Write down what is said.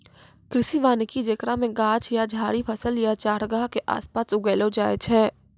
कृषि वानिकी जेकरा मे गाछ या झाड़ि फसल या चारगाह के आसपास उगैलो जाय छै